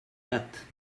dates